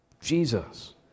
Jesus